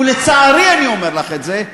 ולצערי אני אומר לך את זה,